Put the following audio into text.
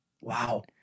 Wow